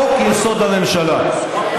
חוק-יסוד: הממשלה.